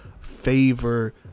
favor